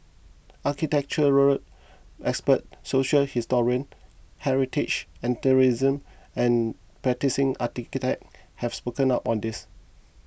architectural experts social historian heritage enthusiasts and practising architects have spoken up on this